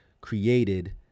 created